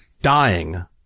dying